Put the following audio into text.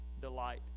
delight